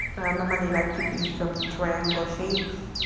no money like to do some triangle shapes